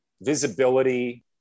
visibility